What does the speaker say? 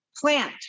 Plant